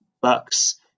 bucks